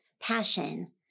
passion